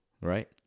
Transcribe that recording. right